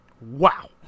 Wow